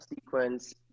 sequence